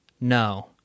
no